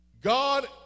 God